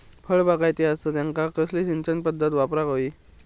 फळबागायती असता त्यांका कसली सिंचन पदधत वापराक होई?